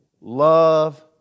love